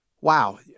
wow